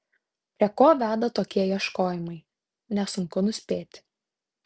prie ko veda tokie ieškojimai nesunku nuspėti